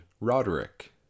Roderick